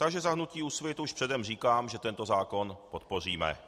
Takže za hnutí Úsvit už předem říkám, že tento zákon podpoříme.